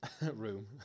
room